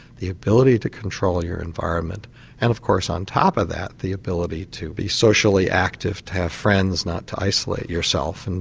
the ability to control your environment and of course on top of that the ability to be socially active, to have friends, not to isolate yourself, and